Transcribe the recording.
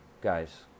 Guys